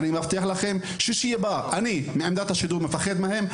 אני מבטיח לכם שישי הבא אני מעמדת השידור מפחד מהם,